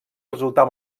resultar